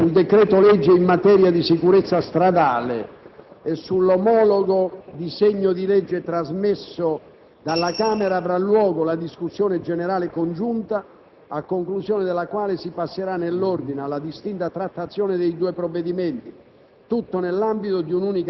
Oggi pomeriggio, sul decreto-legge in materia di sicurezza stradale e sull'omologo disegno di legge trasmesso dalla Camera avrà luogo la discussione generale congiunta, a conclusione della quale si passerà, nell'ordine, alla distinta trattazione dei due provvedimenti,